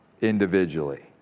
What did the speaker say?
individually